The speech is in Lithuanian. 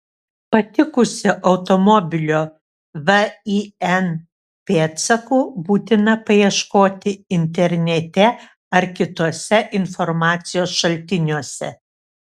patikusio automobilio vin pėdsakų būtina paieškoti internete ar kituose informacijos šaltiniuose